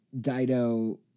Dido